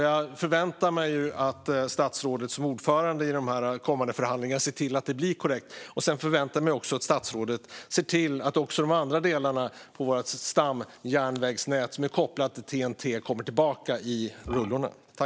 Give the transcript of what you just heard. Jag förväntar mig att statsrådet som ordförande i kommande förhandlingar ser till att det blir korrekt. Jag förväntar mig också att statsrådet ser till att också de andra delar i vårt stamjärnvägsnät som är kopplade till TEN-T kommer tillbaka i rullorna.